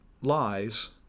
lies